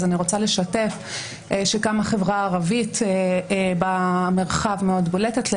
אז אני רוצה לשתף שגם החברה הערבית במרחב מאוד בולטת.